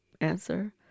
answer